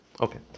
Okay